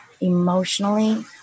emotionally